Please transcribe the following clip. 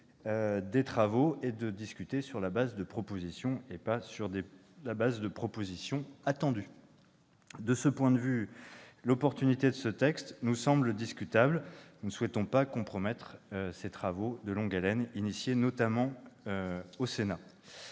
des travaux et de discuter sur le fondement de propositions, et non seulement sur le fondement de celles qui sont attendues. De ce point de vue, l'opportunité de ce texte nous semble discutable. Nous ne souhaitons pas compromettre ces travaux de longue haleine, initiés notamment au Sénat.